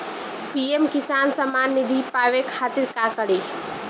PM किसान समान निधी पावे खातिर का करी?